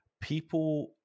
people